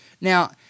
Now